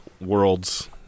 Worlds